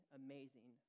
amazing